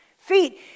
feet